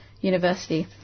University